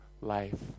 life